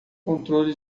controle